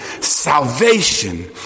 salvation